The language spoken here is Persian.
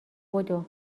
بدو